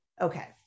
Okay